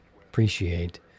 Appreciate